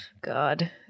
God